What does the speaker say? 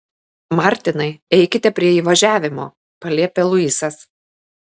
martinai eikite prie įvažiavimo paliepia luisas